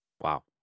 Wow